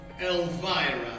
Elvira